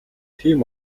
тийм